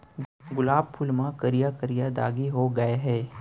गुलाब फूल म करिया करिया दागी हो गय हे